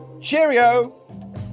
Cheerio